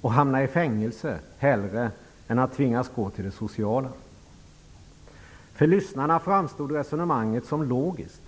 och hamna i fängelse hellre än att tvingas gå till det sociala. För lyssnarna framstod resonemanget som logiskt.